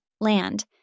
land